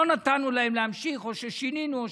לא נתנו להם להימשך או ששינינו.